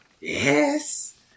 yes